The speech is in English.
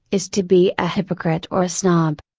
is to be a hypocrite or a snob.